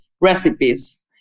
recipes